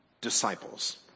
disciples